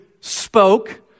spoke